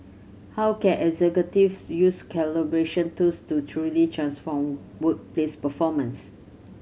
how can executives use collaboration tools to truly transform workplace performance